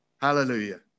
Hallelujah